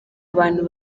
abantu